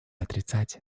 отрицать